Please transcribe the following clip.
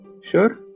sure